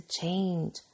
change